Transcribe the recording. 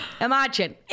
Imagine